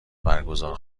برگزار